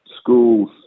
schools